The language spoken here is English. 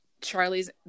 charlie's